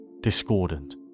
Discordant